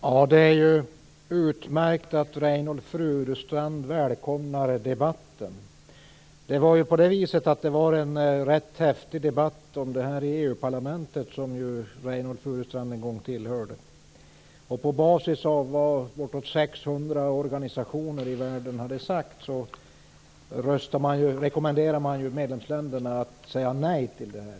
Herr talman! Det är utmärkt att Reynoldh Furustrand välkomnar debatten. Det fördes en rätt häftig debatt om detta i EU-parlamentet, som ju Reynoldh Furustrand en gång tillhörde. På basis av vad bortåt 600 organisationer i världen hade sagt rekommenderade parlamentet medlemsländerna att säga nej till detta.